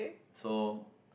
so